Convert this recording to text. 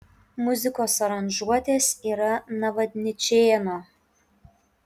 muzikos aranžuotės yra navadničėno